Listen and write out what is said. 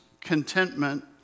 contentment